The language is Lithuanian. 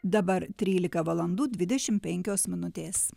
dabar trylika valandų dvidešim penkios minutės